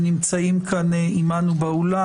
שנמצאים כאן עימנו באולם.